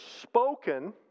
spoken